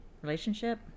relationship